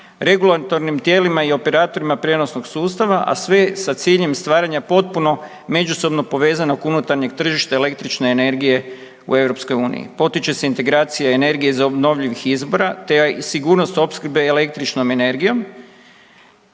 regulatornim tijelima i operatorima prijenosnog sustava, a sve sa ciljem stvaranja potpuno međusobno povezanog unutarnjeg tržišta električne energije u EU. Potiče se integracija energije iz obnovljivih izbora te i sigurnost opskrbe električnom energijom,